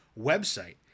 website